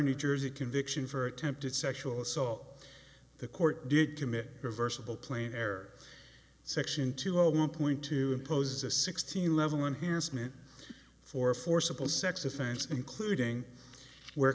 new jersey conviction for attempted sexual assault the court did commit reversible plane air section two zero one point to impose a sixteen level in here is meant for forcible sex offense including where